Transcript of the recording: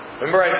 Remember